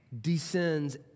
descends